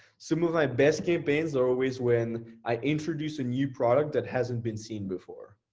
some of my best campaigns are always when i introduce a new product that hasn't been seen before,